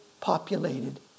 populated